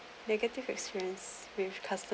negative experience with custom